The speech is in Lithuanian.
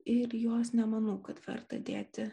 ir jos nemanau kad verta dėti